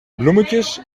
bloemetjes